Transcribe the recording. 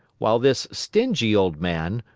while this stingy old man,